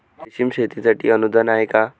रेशीम शेतीसाठी अनुदान आहे का?